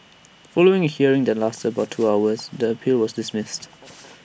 following A hearing that lasted about two hours the appeal was dismissed